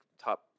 Top